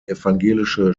evangelische